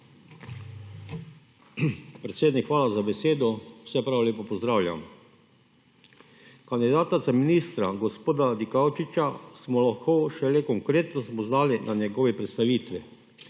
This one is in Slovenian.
Predsednik, hvala za besedo. Vse lepo pozdravljam! Kandidata za ministra gospoda Dikaučiča smo lahko šele konkretno spoznali na njegovi predstavitvi.